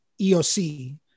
EOC